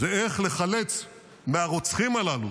זה איך לחלץ מהרוצחים הללו,